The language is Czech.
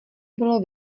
bylo